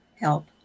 help